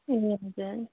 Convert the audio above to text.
ए हजुर